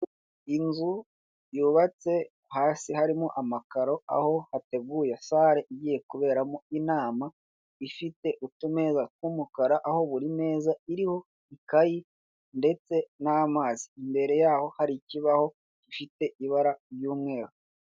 Inzu yubatse hasi harimo amakaro aho hateguye sare igiye kuberamo inama, ifite utumeza tw'umukara aho buri meza iriho ikayi ndetse n'amazi imbere yaho hari ikibaho gifite ibara ry'umweru.